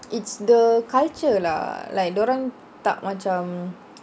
it's the culture lah like dorang tak macam